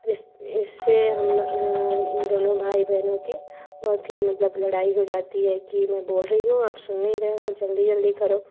इस इससे हम न दोनों भाई बहनों की बहुत ही मतलब लड़ाई हो जाती है कि मैं बोल रहीं हूँ आप सुन नहीं रहे हो जल्दी जल्दी करो